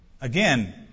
Again